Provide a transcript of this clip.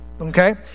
Okay